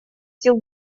сил